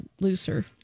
looser